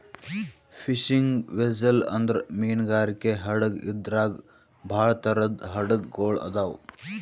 fishing vessel ಅಂದ್ರ ಮೀನ್ಗಾರಿಕೆ ಹಡಗ್ ಇದ್ರಾಗ್ ಭಾಳ್ ಥರದ್ ಹಡಗ್ ಗೊಳ್ ಅದಾವ್